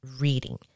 reading